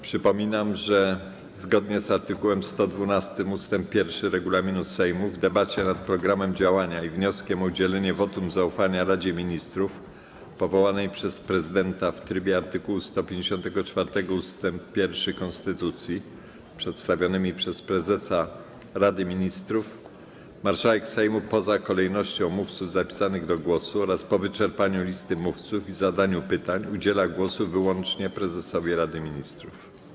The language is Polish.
Przypominam, że zgodnie z art. 112 ust. 1 regulaminu Sejmu w debacie nad programem działania i wnioskiem o udzielenie wotum zaufania Radzie Ministrów powołanej przez prezydenta w trybie art. 154 ust. 1 konstytucji, przedstawionymi przez prezesa Rady Ministrów, marszałek Sejmu, poza kolejnością mówców zapisanych do głosu oraz po wyczerpaniu listy mówców i zadaniu pytań, udziela głosu wyłącznie prezesowi Rady Ministrów.